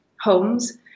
homes